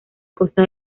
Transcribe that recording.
costa